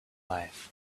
life